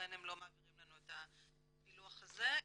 ולכן הם לא מעבירים לנו את הפילוח הזה.